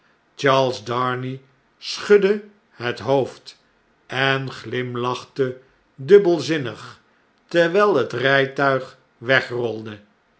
charles darnay schudde het hoofd en glimlachte dubbelzinnig terwijl het rjjtuig wegrolde